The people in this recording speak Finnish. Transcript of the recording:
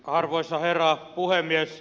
arvoisa herra puhemies